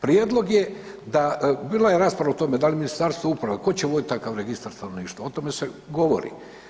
Prijedlog je da, bila je rasprava o tome da li Ministarstvo uprave, ko će vodit takav registar stanovništva, o tome se govori.